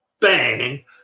bang